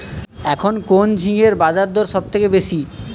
এখন কোন ঝিঙ্গের বাজারদর সবথেকে বেশি?